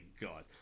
god